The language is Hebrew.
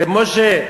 ר' משה,